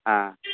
ஆ ஆ